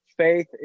faith